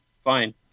fine